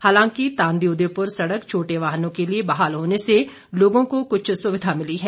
हालांकि तांदी उदयपुर सड़क छोटे वाहनों के लिए बहाल होने से लोगों को कुछ सुविधा मिली है